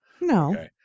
no